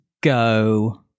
go